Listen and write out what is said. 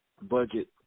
budget